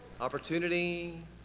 Opportunity